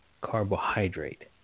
carbohydrate